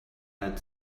had